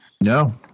No